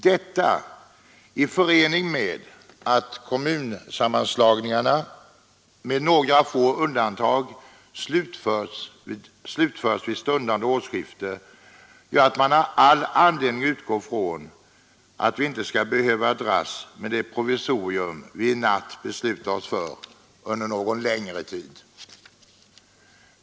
Detta i förening med att kommunsammanslagningarna med några få undantag slutförts vid stundande årsskifte gör att man har all anledning att utgå från att vi inte skall behöva dras med detta provisorium som vi i natt beslutar oss för under någon längre tid.